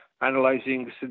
analyzing